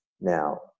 Now